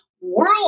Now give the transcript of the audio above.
world